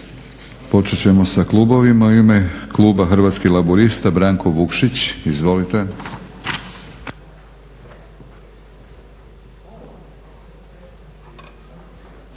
Počet ćemo sa klubovima. U ime kluba Hrvatskih laburista Branko Vukšić. Izvolite.